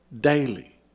daily